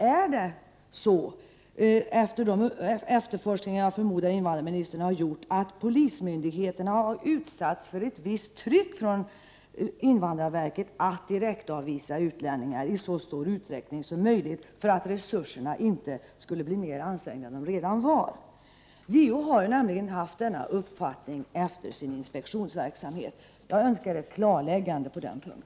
Är det så, enligt de efterforskningar som jag förmodar att invandrarministern har gjort, att polismyndigheterna har utsatts för ett visst tryck från invandrarverket att direktavvisa utlänningar i så stor utsträckning som möjligt för att resurserna inte skall bli mer ansträngda än vad de redan är? JO har nämligen efter sin inspektionsverksamhet fått denna uppfattning. Jag önskar ett klarläggande på denna punkt.